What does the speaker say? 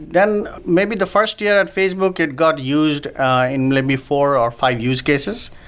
then maybe the first year at facebook it got used in maybe four or five use cases.